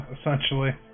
essentially